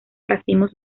racimos